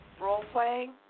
role-playing